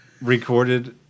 Recorded